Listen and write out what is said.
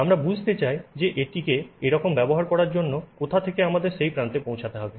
আমরা বুঝতে চাই যে এটিকে এরকম ব্যবহার করার জন্য কোথা থেকে আমাদের সেই প্রান্তে পৌঁছাতে হবে